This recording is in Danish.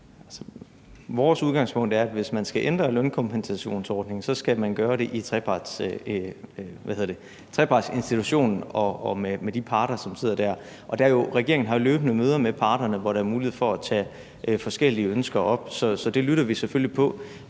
Vores udgangspunkt er, at hvis man skal ændre lønkompensationsordningen, så skal man gøre det i trepartsinstitutionen og med de parter, som sidder der. Og regeringen har jo løbende møder med parterne, hvor der er mulighed for at tage forskellige ønsker op. Så vi lytter selvfølgelig til